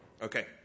Okay